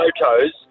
photos